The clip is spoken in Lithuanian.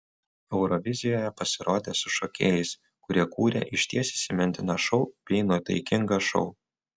eurovizijoje pasirodė su šokėjais kurie kūrė išties įsimintiną šou bei nuotaikingą šou